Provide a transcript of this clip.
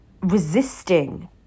resisting